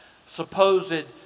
supposed